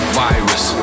virus